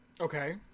okay